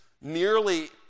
nearly